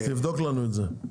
תבדוק לנו את זה.